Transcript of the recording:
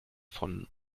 von